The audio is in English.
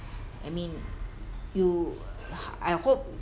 I mean you I hope